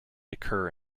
occur